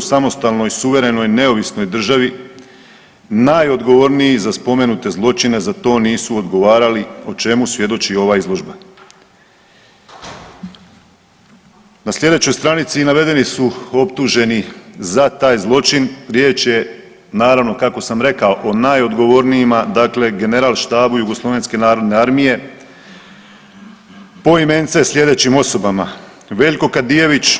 samostalnoj, suverenoj, neovisnoj državi najodgovorniji za spomenute zločine za to nisu odgovarali o čemu svjedoči ova izložba.“ Na sljedećoj stranici navedeni su optuženi za taj zločin, riječ je naravno kako sam rekao o najodgovornijima, dakle general Štabo JNA poimence slijedećim osobama, Veljko Kadijević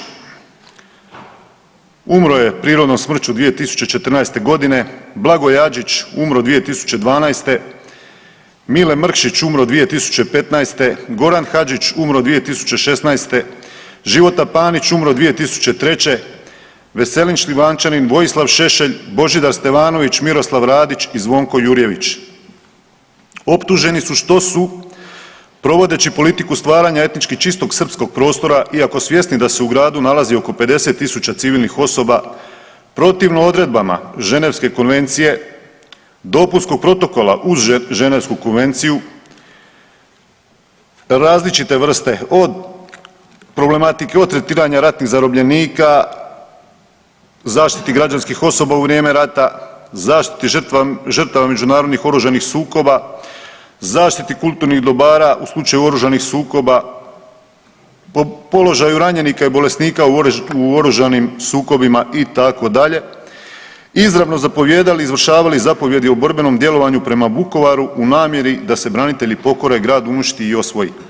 umro je prirodnom smrću 2014.g., Blagoje Adžić umro 2012., Mile Mrkšić umro 2015., Goran Hadžić umro 2016., Života Panić umro 2003., Veselin Šljivančanin, Vojislav Šešelj, Božidar Stevanović, Miroslav Radić i Zvonko Jurjević, optuženi su što su provodeći politiku stvaranja etnički čistog srpskog prostora iako svjesni da se u gradu nalazi oko 50.000 civilnih osoba protivno odredbama Ženevske konvencije i dopunskog protokola uz Ženevsku konvenciju, različite vrste od problematike, od tretiranja ratnih zarobljenika, zaštiti građanskih osoba u vrijeme rate, zaštiti žrtava međunarodnih oružanih sukoba, zaštiti kulturnih dobara u slučaju oružanih sukoba, položaju ranjenika i bolesnika u oružanim sukobima itd. izravno zapovijedali i izvršavali zapovjedi o borbenom djelovanju prema Vukovaru u namjeri da se branitelji pokore, a grad uništi i osvoji.